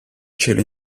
cielo